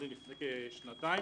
לפני כשנתיים,